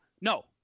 no